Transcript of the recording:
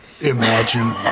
imagine